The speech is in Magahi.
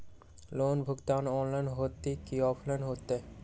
लोन भुगतान ऑनलाइन होतई कि ऑफलाइन होतई?